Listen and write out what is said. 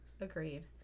Agreed